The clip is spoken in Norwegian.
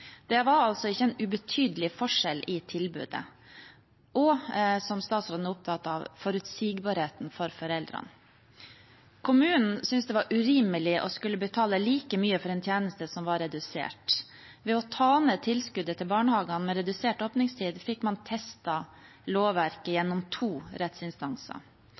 Det var altså ikke en ubetydelig forskjell i tilbudet og – som statsråden er opptatt av – i forutsigbarheten for foreldrene. Kommunen syntes det var urimelig å skulle betale like mye for en tjeneste som var redusert. Ved å ta ned tilskuddet til barnehagene med redusert åpningstid fikk man testet lovverket gjennom to rettsinstanser.